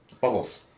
bubbles